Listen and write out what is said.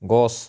গছ